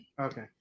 Okay